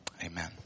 Amen